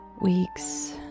weeks